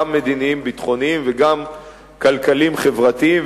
גם מדיניים-ביטחוניים וגם כלכליים-חברתיים.